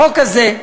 החוק הזה,